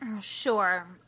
Sure